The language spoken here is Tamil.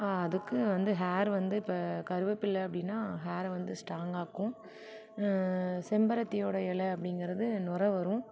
அதுக்கு வந்து ஹேர் வந்து இப்ப கருவேப்பிலை அப்படின்னா ஹேரை வந்து ஸ்ட்ராங் ஆக்கும் செம்பருத்தியோட இல அப்படிங்குறது நுரை வரும்